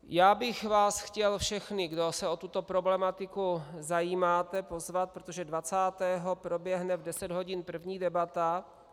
Chtěl bych vás všechny, kdo se o tuto problematiku zajímáte, pozvat, protože dvacátého proběhne v deset hodin první debata.